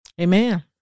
Amen